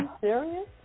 serious